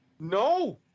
No